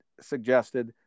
suggested